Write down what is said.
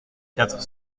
quatre